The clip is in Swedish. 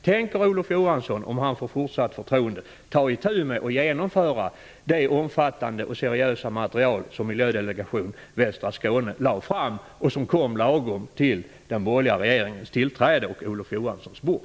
Tänker Olof Johansson, om han får fortsatt förtroende, ta itu med det omfattande och seriösa material som Miljödelegation Västra Skåne lade fram och som kom lagom till den borgerliga regeringens tillträde och hamnade på miljöminister Johanssons bord?